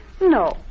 No